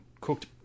Cooked